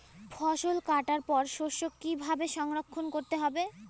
ফসল কাটার পর শস্য কীভাবে সংরক্ষণ করতে হবে?